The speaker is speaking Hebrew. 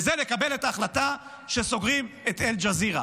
וזה לקבל את ההחלטה שסוגרים את אל-ג'זירה.